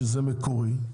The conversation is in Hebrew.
שזה מקורי,